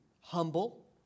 humble